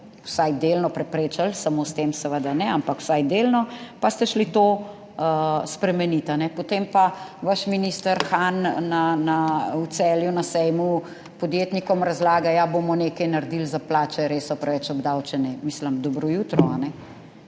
vsaj delno preprečili, samo s tem seveda ne ampak vsaj delno, pa ste šli to spremeniti, potem pa vaš minister Han v Celju na sejmu podjetnikom razlaga, ja, bomo nekaj naredili za plače, res so preveč obdavčene. Mislim, dobro jutro. Je